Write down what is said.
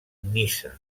niça